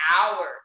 hours